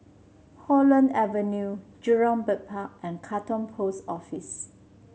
Holland Avenue Jurong Bird Park and Katong Post Office